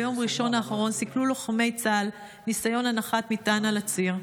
ביום ראשון האחרון סיכלו לוחמי צה"ל ניסיון הנחת מטען על הציר.